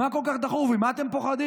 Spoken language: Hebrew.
מה כל כך דחוף, ממה אתם פוחדים?